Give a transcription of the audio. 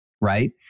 right